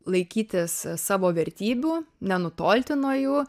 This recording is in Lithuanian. laikytis savo vertybių nenutolti nuo jų